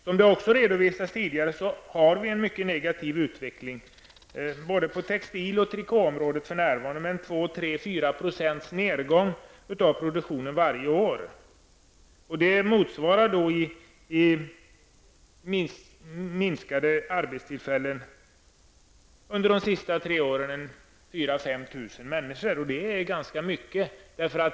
Som det redovisats tidigare är utvecklingen för närvarande mycket negativ både på textilområdet och på trikåområdet med en nedgång i produktionen varje år på 2--4 %. Det motsvarar 4 000--5 000 arbetstillfällen under de senaste tre åren, vilket är ganska mycket.